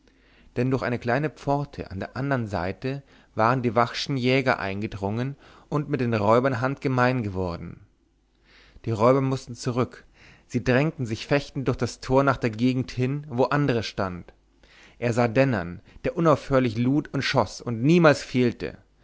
denn durch eine kleine pforte an der andern seite waren die vachschen jäger gedrungen und mit den räubern handgemein geworden die räuber mußten zurück sie drängten sich fechtend durch das tor nach der gegend hin wo andres stand er sah dennern der unaufhörlich lud und schoß und niemals fehlte